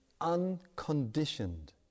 unconditioned